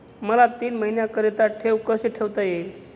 मला तीन महिन्याकरिता ठेव कशी ठेवता येईल?